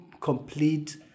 complete